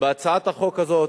בהצעת החוק הזאת,